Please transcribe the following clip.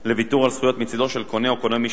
לוויתור על זכויות מצדו של קונה או קונה-משנה